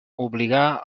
obligà